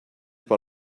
par